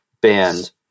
band